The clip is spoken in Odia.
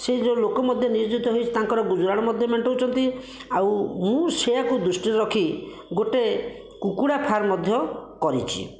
ସେ ଯେଉଁ ଲୋକ ମଧ୍ୟ ନିୟୋଜିତ ହୋଇ ତାଙ୍କର ଗୁଜୁରାଣ ମଧ୍ୟ ମେଣ୍ଟାଉଛନ୍ତି ଆଉ ମୁଁ ସେୟାକୁ ଦୃଷ୍ଟିରେ ରଖି ଗୋଟିଏ କୁକୁଡ଼ା ଫାର୍ମ ମଧ୍ୟ କରିଛି